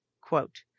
quote